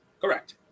Correct